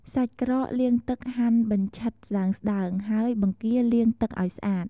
សាច់ក្រក លាងទឹកហាន់បញ្ឆិតស្ដើងៗ ហើយ បង្គា លាងទឹកឱ្យស្អាត។